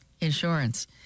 insurance